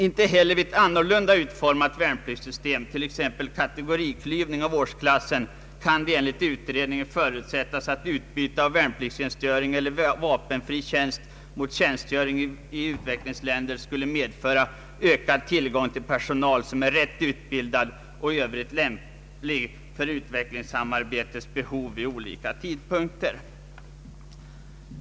Inte heller vid ett annorlunda utformat värnpliktssystem, t.ex. kategoriklyvning av årsklassen, kan det enligt utredningen förutsättas att utbyte av värnpliktstjänstgöring eller vapenfri tjänst mot tjänstgöring i utvecklingsländer skulle medföra ökad tillgång till personal, som är rätt utbildad och i övrigt lämplig för utvecklingssamarbetets behov vid olika tidpunkter.